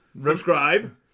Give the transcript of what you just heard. subscribe